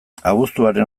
abuztuaren